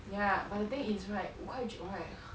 yeah but the thing is right 五块九 right 很